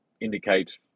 indicate